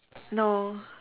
no